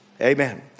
amen